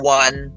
one